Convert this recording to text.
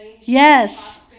Yes